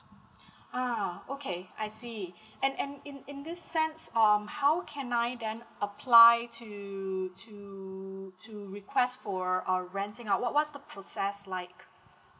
ah okay I see and and in in this sense um how can I then apply to to to request for uh renting ah what's the process like